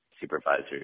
supervisors